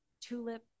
tulip